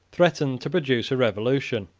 threatened to produce a revolution,